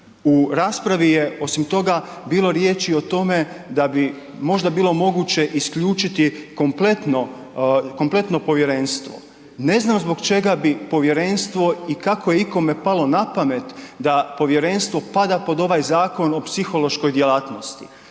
U raspravi je osim toga bilo riječi o tome da bi možda bilo moguće isključiti kompletno, kompletno povjerenstvo. Ne znam zbog čega bi povjerenstvo i kako je ikome palo napamet da povjerenstvo pada pod ovaj Zakon o psihološkoj djelatnosti.